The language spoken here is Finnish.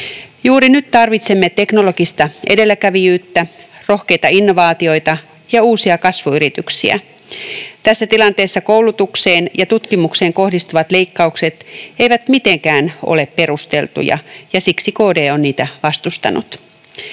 Juuri nyt tarvitsemme teknologista edelläkävijyyttä, rohkeita innovaatioita ja uusia kasvuyrityksiä. Tässä tilanteessa koulutukseen ja tutkimukseen kohdistuvat leikkaukset eivät mitenkään ole perusteltuja, ja siksi KD on niitä vastustanut.